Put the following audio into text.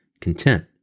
content